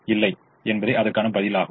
இல்லை என்பதே அதற்கான பதிலாகும்